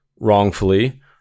Wrongfully